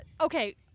okay